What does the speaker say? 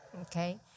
okay